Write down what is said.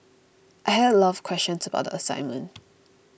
I had a lot of questions about the assignment